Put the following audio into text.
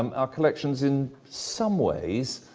um our collections, in some ways,